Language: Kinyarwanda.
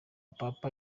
papa